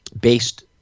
based